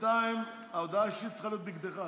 בינתיים ההודעה האישית צריכה להיות נגדך.